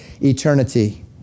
eternity